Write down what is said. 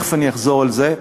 ותכף אחזור על זה,